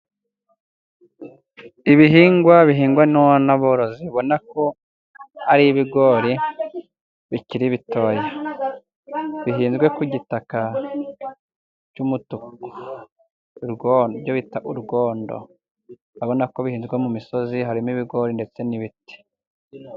Ibihingwa bihingwa n'aborozi ,ubona ko ari ibigori bikiri bitoya, bihinzwe ku gitaka cy'umutuku ibyo bita urwondo, ubona ko bihinzwe mu misozi harimo ibigori ndetse n'ibiti.